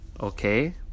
okay